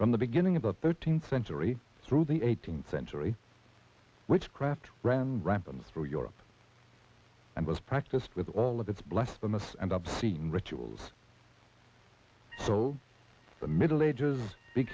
from the beginning about thirteenth century through the eighteenth century witchcraft ran rampant through europe and was practiced with all of its blasphemous and obscene rituals so the middle ages